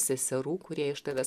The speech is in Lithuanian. seserų kurie iš tavęs